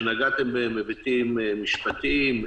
שנגעתם בהם היבטים משפטיים,